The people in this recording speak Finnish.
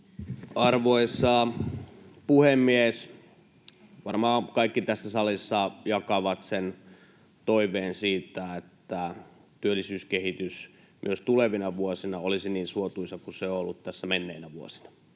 Arvoisa puhemies! Varmaan kaikki tässä salissa jakavat toiveen siitä, että työllisyyskehitys myös tulevina vuosina olisi niin suotuisa kuin se on ollut tässä menneinä vuosina.